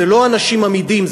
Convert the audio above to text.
זה לא אנשים אמידים,